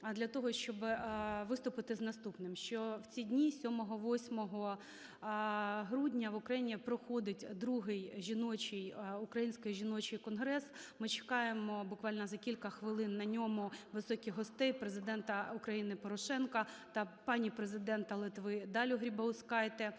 для того, щоб виступити з наступним, що в ці дні 7-8 грудня в Україні проходить другий жіночий, Український жіночий конгрес. Ми чекаємо буквально за кілька хвилин на ньому високих гостей: Президента України Порошенка та пані Президента Литви Далю Грібаускайте.